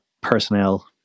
personnel